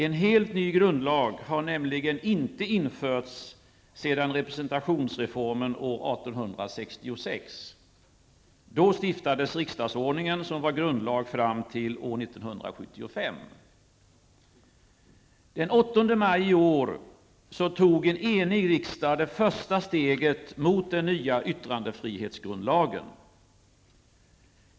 En helt ny grundlag har nämligen inte införts sedan representationsreformen år 1866. Den 8 maj i år tog en enig riksdag det första steget mot den nya yttrandefrihetsgrundlagen.